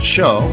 Show